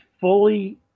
fully